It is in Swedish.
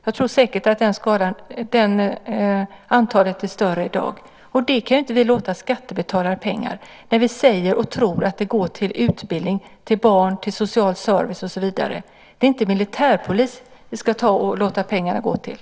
Jag tror säkert att det antalet är större i dag. Det kan inte vi låta skattebetalarnas pengar gå till när vi säger och tror att de går till utbildning, till barn, till social service och så vidare. Det är inte militärpolis vi ska låta pengarna gå till.